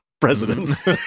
presidents